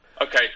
Okay